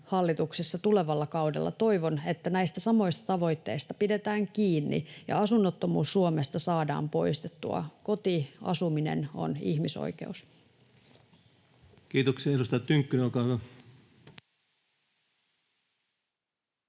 hallituksessa tulevalla kaudella, toivon, että näistä samoista tavoitteista pidetään kiinni ja asunnottomuus Suomesta saadaan poistettua. Koti, asuminen, on ihmisoikeus. [Speech 62] Speaker: Ensimmäinen